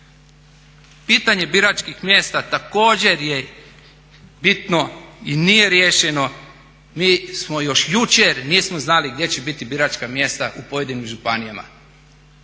Pitanje biračkih mjesta također je bitno i nije riješeno. Mi smo još jučer nismo znali gdje će biti biračka mjesta u pojedinim županijama,